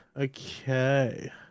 okay